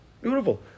Beautiful